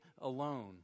alone